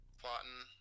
plotting